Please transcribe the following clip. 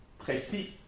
précis